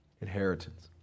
inheritance